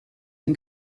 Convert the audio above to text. and